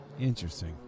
Interesting